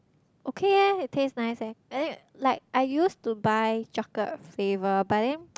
okay leh it taste nice leh I think like I used to buy chocolate flavour but then